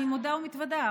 אני מודה ומתוודה,